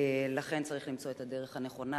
לכן, צריך למצוא את הדרך הנכונה.